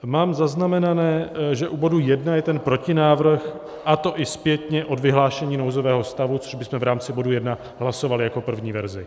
Mám zaznamenané, že u bodu 1 je ten protinávrh, a to i zpětně od vyhlášení nouzového stavu, což bychom v rámci bodu 1 hlasovali jako první verzi.